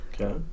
Okay